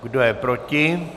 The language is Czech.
Kdo je proti?